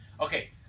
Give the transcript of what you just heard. Okay